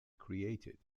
created